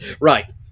Right